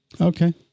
okay